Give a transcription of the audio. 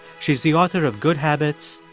she's the author of good habits,